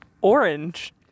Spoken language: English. Orange